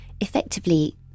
effectively